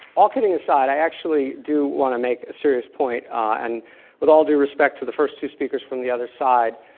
kidding aside, i actually do want to make a serious point. and with all due respect to the first two speakers from the other side,